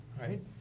right